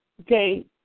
Okay